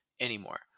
anymore